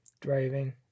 Driving